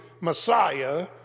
Messiah